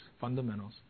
fundamentals